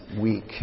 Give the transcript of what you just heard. week